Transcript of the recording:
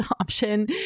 option